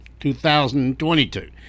2022